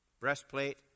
Breastplate